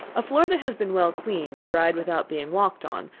a floor that has been well cleaned, and dried without being walked on,